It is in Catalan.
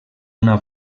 una